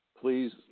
Please